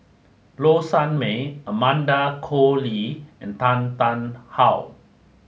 low Sanmay Amanda Koe Lee and Tan Tarn How